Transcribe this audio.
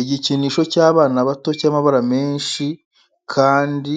Igikinisho cy’abana bato cy'amabara menshi kandi